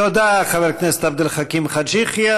תודה לחבר הכנסת עבד אל חכים חאג' יחיא.